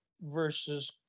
versus